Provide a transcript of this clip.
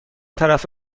طرف